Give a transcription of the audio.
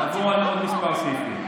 תפנקו,